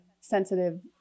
sensitive